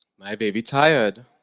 my baby tired?